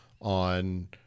on